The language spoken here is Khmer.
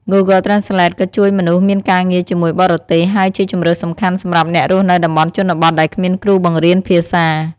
Google Translate ក៏ជួយមនុស្សមានការងារជាមួយបរទេស ហើយជាជម្រើសសំខាន់សម្រាប់អ្នករស់នៅតំបន់ជនបទដែលគ្មានគ្រូបង្រៀនភាសា។